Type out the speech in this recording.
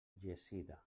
llegida